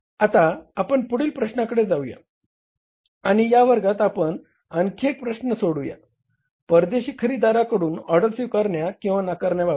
आता आपण पुढील प्रश्नाकडे जाऊया आणि या वर्गात आपण आणखी एक प्रश्न सोडवुया परदेशी खरेदी दाराकडून ऑर्डर स्वीकारण्या किंवा नाकारण्या बाबत